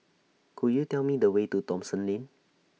Could YOU Tell Me The Way to Thomson Lane